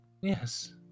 Yes